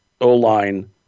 O-line